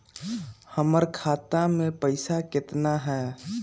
हमर खाता मे पैसा केतना है?